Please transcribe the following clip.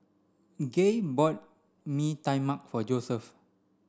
Gaye bought Mee Tai Mak for Joeseph